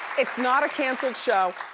it's not a canceled show,